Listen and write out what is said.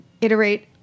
iterate